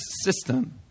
system